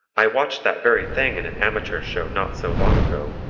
i watched that very thing in an amateur show not so long ago,